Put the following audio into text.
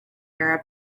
arab